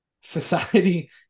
Society